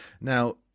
Now